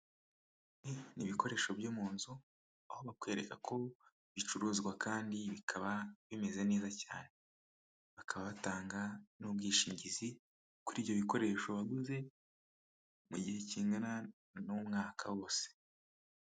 Ni ibikoresho byo mu nzu, aho bakwereka ko bicuruzwa kandi bikaba bimeze neza cyane, bakaba batanga n'ubwishingizi kuri ibyo bikoresho waguze, mu gihe kingana n'umwaka wose.